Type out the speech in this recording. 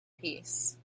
peace